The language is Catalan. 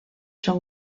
són